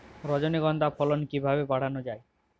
রজনীগন্ধা ফলন কিভাবে বাড়ানো যায়?